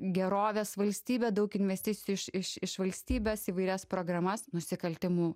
gerovės valstybė daug investicijų iš iš iš valstybės įvairias programas nusikaltimų